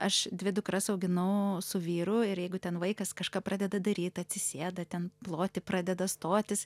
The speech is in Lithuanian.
aš dvi dukras auginau su vyru ir jeigu ten vaikas kažką pradeda daryt atsisėda ten ploti pradeda stotis